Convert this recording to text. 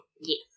Yes